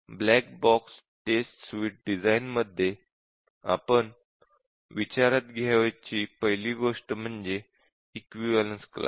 black box test suite design मध्ये आपण विचारात घ्यावयाची पहिली गोष्ट म्हणजे इक्विवलेन्स क्लास